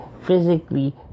physically